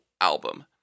album